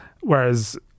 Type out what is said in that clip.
whereas